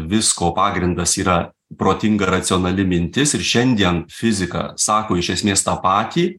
visko pagrindas yra protinga racionali mintis ir šiandien fizika sako iš esmės tą patį